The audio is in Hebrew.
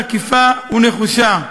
תקיפה ונחושה,